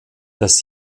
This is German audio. das